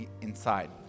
inside